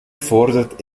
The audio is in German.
fordert